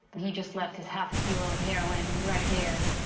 he just left his half a kilo of heroin right here.